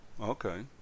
Okay